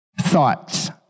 thoughts